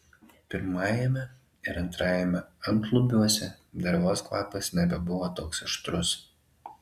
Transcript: pirmajame ir antrajame antlubiuose dervos kvapas nebebuvo toks aštrus